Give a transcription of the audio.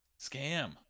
scam